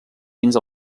fins